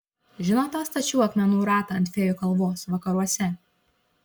žinot tą stačių akmenų ratą ant fėjų kalvos vakaruose